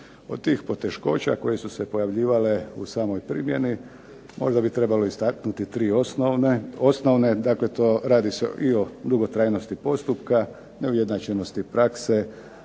Od tih poteškoća koje su se pojavljivale u samoj primjerni možda bi trebalo istaknuti tri osnovne, dakle radi se i o dugotrajnosti postupka, neujednačenosti prakse,